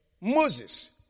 Moses